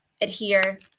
adhere